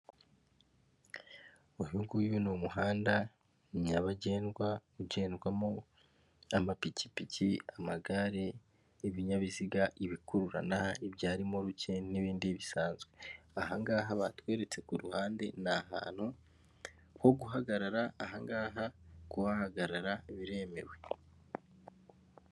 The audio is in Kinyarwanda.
Uyungiyi ni umuhanda nyabagendwa ugendwamo amapikipiki, amagare, ibinyabiziga, ibikururana, ibya rimoruke n'ibindi bisanzwe. Ahangaha batweretse ku ruhande ni ahantu ho guhagarara, ahangaha kuhahagarara biremewe.